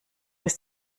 ist